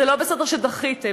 זה לא בסדר שדחיתם.